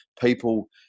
people